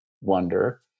wonder